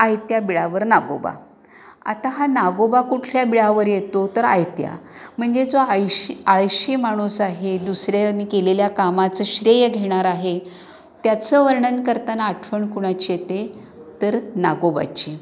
आयत्या बिळावर नागोबा आता हा नागोबा कुठल्या बिळावर येतो तर आयत्या म्हणजे जो आळशी आळशी माणूस आहे दुसऱ्याने केलेल्या कामाचं श्रेय घेणार आहे त्याचं वर्णन करताना आठवण कुणाची येते तर नागोबाची